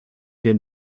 den